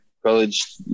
college